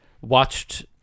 watched